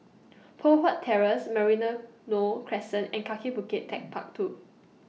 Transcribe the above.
Poh Huat Terrace Crescent and Kaki Bukit Techpark two